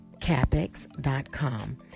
capex.com